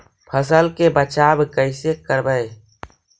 फसल के बचाब कैसे करबय?